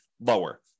lower